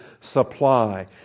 supply